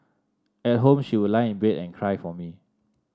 at home she would lie in bed and cry for me